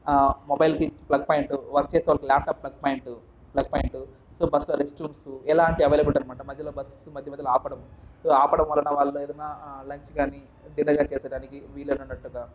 మొబైల్కి plug point work చేసేవాళ్లకి లాప్టాప్కి plug point plug point so బస్లో రెస్ట్రూమ్సు ఇలాంటి అవైలబిలిటీ అనమాట మధ్యలో బస్ మధ్య మధ్యలో ఆపటం ఇలా ఆపటం వలన వాళ్లు ఏదైనా లంచ్ కాని డిన్నర్ కాని చేసేదానికి వీలైనట్టుగా